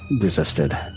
resisted